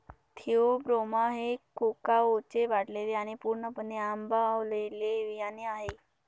Theobroma हे कोकाओचे वाळलेले आणि पूर्णपणे आंबवलेले बियाणे आहे